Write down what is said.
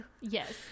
yes